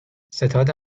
ستاد